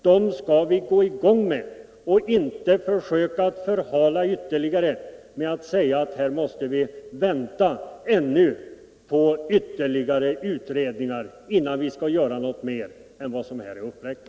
Man skall inte försöka förhala dem ytterligare genom att säga att vi måste vänta på ytterligare utredningar innan vi vidtar några åtgärder utöver de som nu är föreslagna.